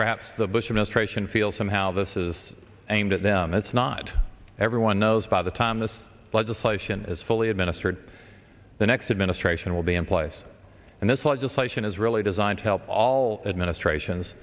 perhaps the bush administration feels somehow this is aimed at them it's not everyone knows by the time this legislation is fully administered the next administration will be in place and this legislation is really designed to help all administrations